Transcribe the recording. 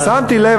אבל שמתי לב,